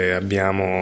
abbiamo